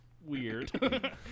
weird